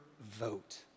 vote